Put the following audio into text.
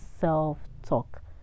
self-talk